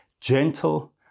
gentle